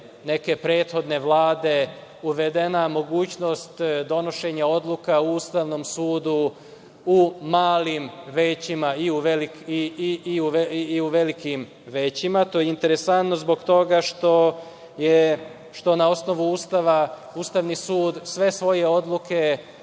neke prethodne vlade, uvedena mogućnost donošenja odluka u Ustavnom sudu u malim većima i u velikim većima. To je interesantno zbog toga što na osnovu Ustava Ustavni sud sve svoje odluke